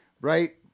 right